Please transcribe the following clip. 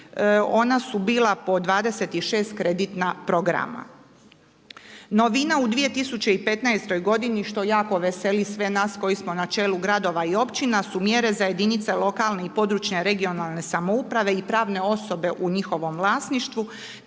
Ona su bila po 26 kreditna programa. Novina u 2015. godini što jako veseli sve nas koji smo na čelu gradova i općina su mjere za jedinice lokalne i područne (regionalne) samouprave i pravne osobe u njihovom vlasništvu,